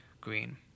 green